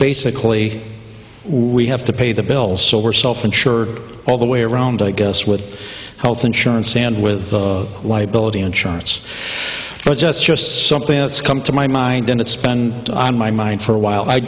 basically we have to pay the bills so we're self insured all the way around i guess with health insurance and with liability insurance but just just something that's come to my mind then it's been on my mind for a while i